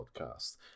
podcast